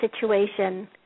situation